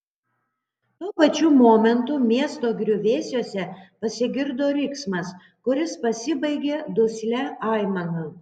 tuo pačiu momentu miesto griuvėsiuose pasigirdo riksmas kuris pasibaigė duslia aimana